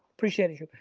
appreciate you.